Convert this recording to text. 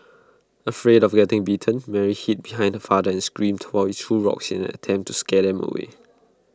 afraid of getting bitten Mary hid behind her father and screamed while he threw rocks in an attempt to scare them away